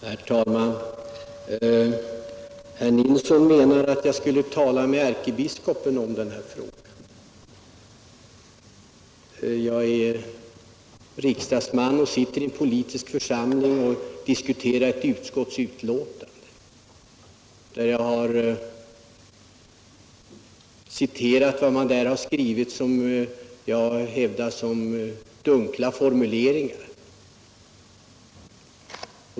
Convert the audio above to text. Herr talman! Herr Nilsson i Kristianstad menar att jag borde tala med ärkebiskopen om den här frågan. Men jag är riksdagsman och sitter i en politisk församling. Just nu diskuterar vi ett utskottsbetänkande. Jag har citerat vad utskottet skrivit och hävdat att det är dunkla formu leringar.